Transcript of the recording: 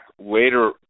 later